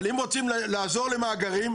אבל אם רוצים לעזור למאגרים,